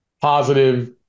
positive